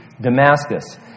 Damascus